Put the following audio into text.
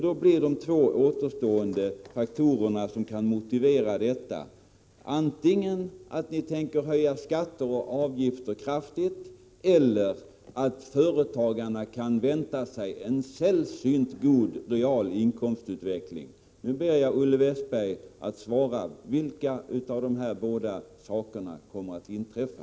Då blir de två återstående faktorerna som kan motivera detta uttag antingen att ni tänker höja skatter och avgifter kraftigt eller att företagarna kan vänta sig en sällsynt god realinkomstutveckling. Nu ber jag Olle Westberg att svara: Vilken av de här båda sakerna kommer att inträffa?